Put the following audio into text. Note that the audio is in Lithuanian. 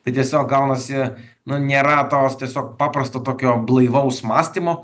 tai tiesiog gaunasi nu nėra tos tiesiog paprasto tokio blaivaus mąstymo